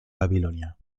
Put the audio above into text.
babilonia